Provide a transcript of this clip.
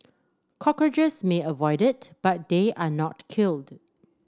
cockroaches may avoid it but they are not killed